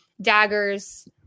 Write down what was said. daggers